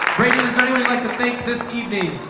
kind of and like to thank this evening.